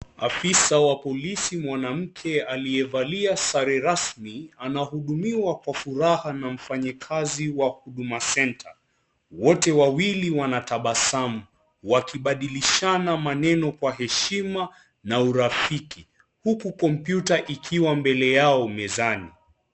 Afisa wa polisi mwanamke aliyevalia sare rasmi anahudumiwa kwa furaha na mfanyikazi wa Huduma Centre. Wote wawili wanatabasamu wakibadilishana maneno kwa heshima na urafiki huku kompyuta ikiwa mbele yao mezani